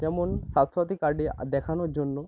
যেমন স্বাস্যসাথী কার্ডে আ দেখানোর জন্য